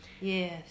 Yes